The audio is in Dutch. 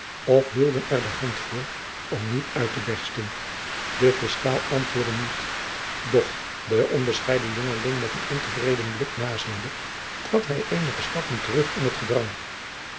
of hielden er de hand voor om niet uit te bersten de fiscaal antwoordde niet doch den onbescheidenen jongeling met een ontevreden blik aanziende trad hij eenige stappen terug in t gedrang